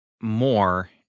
more